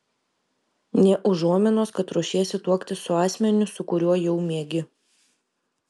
nė užuominos kad ruošiesi tuoktis su asmeniu su kuriuo jau miegi